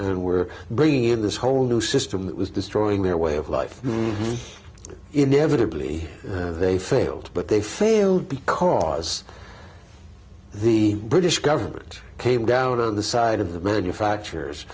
and we're bringing in this whole new system that was destroying their way of life in the evidently they failed but they failed because the british government came down on the side of the manufacturers